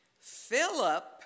Philip